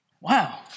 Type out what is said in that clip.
Wow